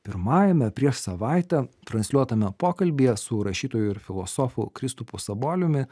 pirmajame prieš savaitę transliuotame pokalbyje su rašytoju ir filosofu kristupu saboliumi